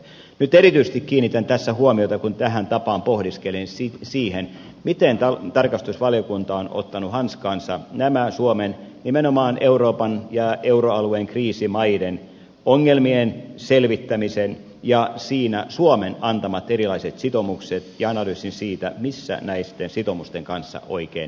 nyt erityisesti kiinnitän tässä huomiota kun tähän tapaan pohdiskelen siihen miten tarkastusvaliokunta on ottanut hanskaansa nimenomaan euroopan ja euroalueen kriisimaiden ongelmien selvittämisen ja siinä suomen antamat erilaiset sitoumukset ja analyysin siitä missä näitten sitoumusten kanssa oikein mennään